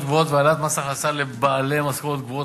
גבוהות והעלאת מס הכנסה לבעלי משכורות גבוהות,